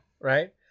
Right